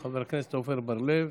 חבר הכנסת עמר בר לב,